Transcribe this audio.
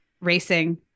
racing